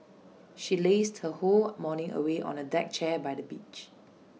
she lazed her whole morning away on A deck chair by the beach